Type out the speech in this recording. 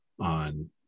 on